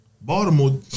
Baltimore